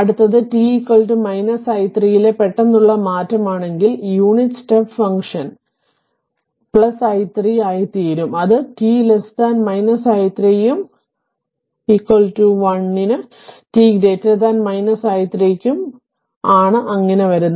അടുത്തത് t i3 ലെ പെട്ടെന്നുള്ള മാറ്റം ആണെങ്കിൽ unit step function u i3 ആയി തീരും അത് t i 3 ഉം 1 ന് t i 3 ക്കും ആണ് അങ്ങിനെ വരുന്നത്